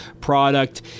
product